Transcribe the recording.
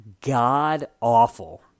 god-awful